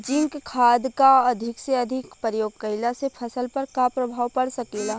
Zinc खाद क अधिक से अधिक प्रयोग कइला से फसल पर का प्रभाव पड़ सकेला?